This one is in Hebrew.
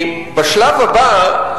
בשלב הבא,